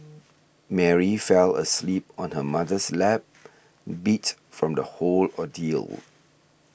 Mary fell asleep on her mother's lap beat from the whole ordeal